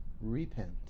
Repent